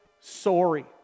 sorry